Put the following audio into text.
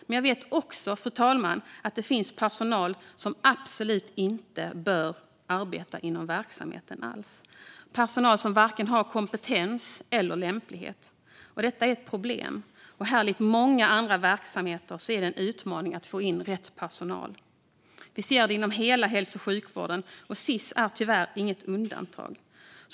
Men jag vet också, fru talman, att det finns personal som absolut inte bör arbeta inom verksamheten, personal som varken har kompetens eller lämplighet. Detta är ett problem, och här, likt i många andra verksamheter, är det en utmaning att få in rätt personal. Vi ser det inom hela hälso och sjukvården, och Sis är tyvärr inget undantag.